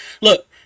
Look